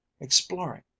exploring